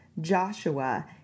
Joshua